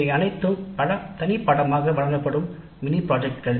இவை அனைத்தும் தனி படிப்புகளாக வழங்கப்படும் மினி திட்டங்கள்